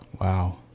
Wow